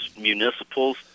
municipals